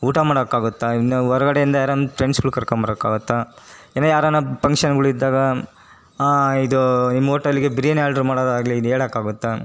ಊಟ ಮಾಡೋಕ್ಕಾಗುತ್ತ ಇನ್ನೂ ಹೊರ್ಗಡೆಯಿಂದ ಯಾರನ್ನು ಫ್ರೆಂಡ್ಸ್ಗಳ್ ಕರ್ಕಂಬರಕ್ಕೆ ಆಗುತ್ತ ಇನ್ನೂ ಯಾರನ್ನ ಪಂಕ್ಷನ್ಗಳ್ ಇದ್ದಾಗ ಇದು ನಿಮ್ಮ ಓಟೆಲ್ಲಿಗೆ ಬಿರಿಯಾನಿ ಆರ್ಡ್ರು ಮಾಡೋದಾಗಲಿ ಇದು ಹೇಳಕ್ ಆಗುತ್ತಾ